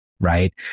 right